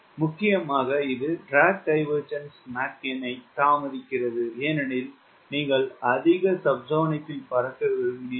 முக்கியமாக இது drag divergence Mach எண் தாமதிக்கிறது ஏனெனில் நீங்கள் அதிக சப்ஸோனிக் பறக்க விரும்பினீர்கள்